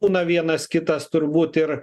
būna vienas kitas turbūt ir